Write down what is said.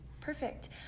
Perfect